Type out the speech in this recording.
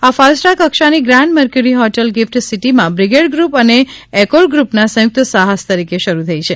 આ ફાઇવસ્ટાર કક્ષાની grand Mercury hotel GIFT સિટીમાં બ્રિગેડ ગૃપ અને એકોર ગૃપના સંયુકત સાહસ તરીકે શરૂ થઇ છે